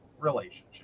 relationship